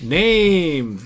name